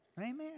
Amen